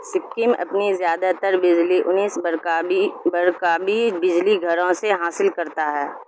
سکم اپنی زیادہ تر بجلی انیس برقابی برقابی بجلی گھروں سے حاصل کرتا ہے